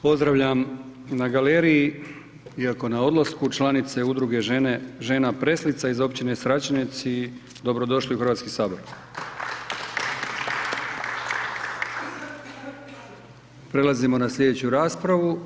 Pozdravljam na galeriji iako na odlasku članice Udruge žena „Preslica“ iz općine Sračinec i dobrodošli u Hrvatski sabor. Prelazimo na slijedeću raspravu.